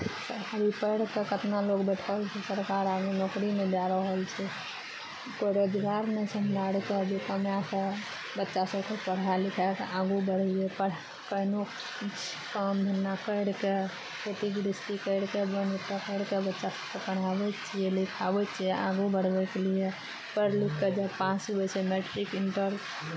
अभी पढ़ि कऽ कतना लोग बैठल छै सरकार आदमी नौकरी नहि दए रहल छै कोइ रोजगार नहि छै हमरा अरके जे कमाए कऽ बच्चा सभकेँ पढ़ा लिखा कऽ आगू बढ़ैयै केनो काम धन्धा करि कऽ खेती बृष्टि करि कऽ बोनि करि कऽ बच्चा सभकेँ पढ़ाबै छियै लिखाबै छियै आगू बढ़बैके लिए पढ़ि लिखि कऽ जब पास हुए छै मैट्रिक इंटर